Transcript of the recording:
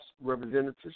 representatives